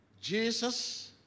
Jesus